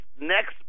next